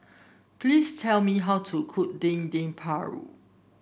please tell me how to cook Dendeng Paru